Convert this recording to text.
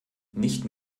nicht